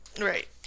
Right